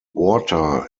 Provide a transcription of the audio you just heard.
water